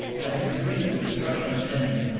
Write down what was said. having completed the destruction of an enemy,